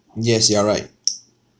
yes you are right